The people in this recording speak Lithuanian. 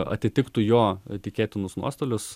atitiktų jo tikėtinus nuostolius